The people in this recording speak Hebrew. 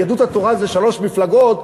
יהדות התורה זה שלוש מפלגות,